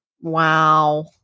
Wow